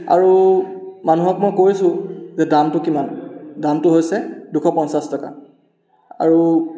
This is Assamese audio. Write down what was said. আৰু মানুহক মই কৈছোঁ যে দামটো কিমান দামটো হৈছে দুশ পঞ্চাছ টকা আৰু